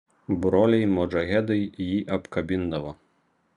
broliai modžahedai jį apkabindavo